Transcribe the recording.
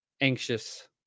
anxious